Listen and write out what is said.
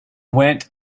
went